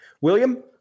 William